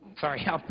sorry